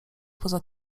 poza